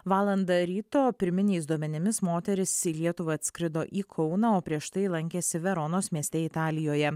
valandą ryto pirminiais duomenimis moteris į lietuvą atskrido į kauną o prieš tai lankėsi veronos mieste italijoje